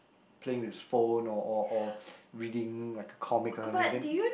playing with his phone or or or reading like a comic or something then